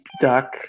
duck